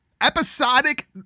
episodic